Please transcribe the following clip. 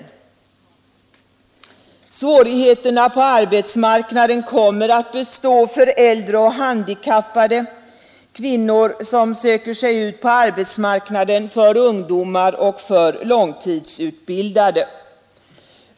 Svårigheterna på arbetsmarknaden kommer att bestå för äldre och handikappade, för kvinnor som söker sig ut på arbetsmarknaden, för ungdomar och för långtidsutbildade.